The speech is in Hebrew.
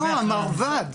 לא, המרב"ד.